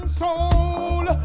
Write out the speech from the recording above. soul